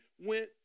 went